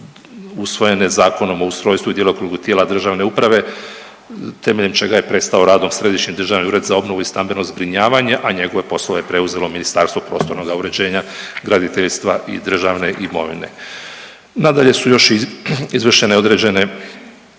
usvojene Zakonom o ustrojstvu i djelokrugu tijela državne uprave temeljem čega je prestao radom Središnji državni ured za obnovu i stambeno zbrinjavanje, a njegove poslove preuzelo Ministarstvo prostornoga uređenja, graditeljstva i državne imovine. Nadalje su još izvršene određene